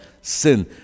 sin